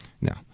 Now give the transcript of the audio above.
Now